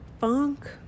funk